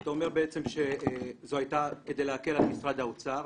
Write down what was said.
אתה אומר שזה היה כדי להקל על משרד האוצר,